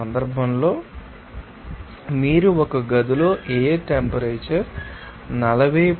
ఈ సందర్భంలో మీరు ఒక గదిలో ఎయిర్ టెంపరేచర్ 40